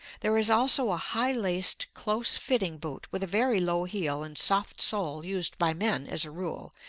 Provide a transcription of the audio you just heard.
there is also a high-laced close fitting boot with a very low heel and soft sole used by men, as a rule,